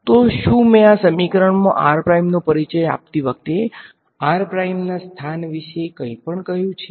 તો શું મેં આ સમીકરણમાં r નો પરિચય આપતી વખતે r ના સ્થાન વિશે કંઈપણ કહ્યું છે